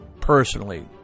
personally